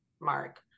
mark